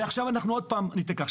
ועכשיו אנחנו עוד פעם ניתקע.